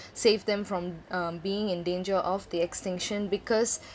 save them from um being in danger of the extinction because